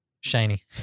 shiny